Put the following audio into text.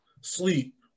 Sleep